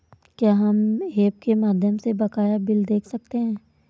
क्या हम ऐप के माध्यम से बकाया बिल देख सकते हैं?